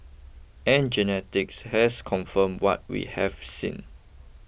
and genetics has confirmed what we have seen